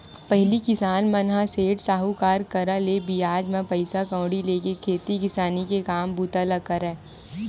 पहिली किसान मन ह सेठ, साहूकार करा ले बियाज म पइसा कउड़ी लेके खेती किसानी के काम बूता ल करय